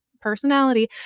personality